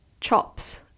chops